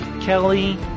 Kelly